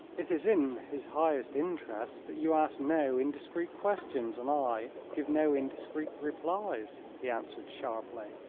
it is in his highest interests that you ask no indiscreet questions and i give no indiscreet replies, he answered, sharply.